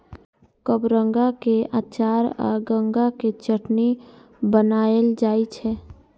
कबरंगा के अचार आ गंगा के चटनी बनाएल जाइ छै